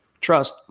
trust